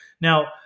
Now